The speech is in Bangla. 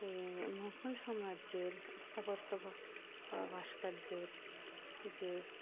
এই মুঘল সাম্রাজ্যের স্থাপত্য ভাস্কর্যের যে